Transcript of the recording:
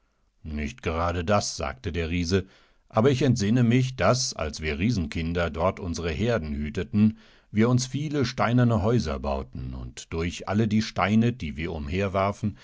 nicht gerade das sagte der riese aberichentsinnemich daß alswirriesenkinderdortunsereherdenhüteten wir uns viele steinerne häuser bauten und durch alle die steine die wir